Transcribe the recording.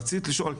רציתי לשאול,